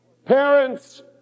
Parents